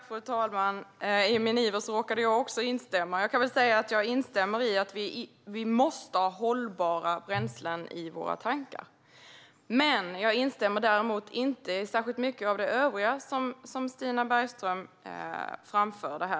Fru talman! I min iver råkade även jag trycka på instämmandeknappen. Jag kan väl säga att jag instämmer i att vi måste ha hållbara bränslen i våra tankar. Men jag instämmer däremot inte särskilt mycket i det övriga som Stina Bergström framförde här.